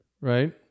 right